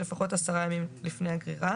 לפחות עשרה ימים לפני הגרירה".